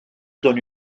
donne